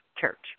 church